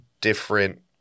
different